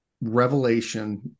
revelation